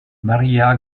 maria